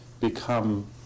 become